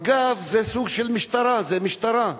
מג"ב זה סוג של משטרה, זו משטרה.